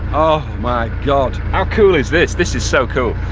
oh my god. how cool is this, this is so cool.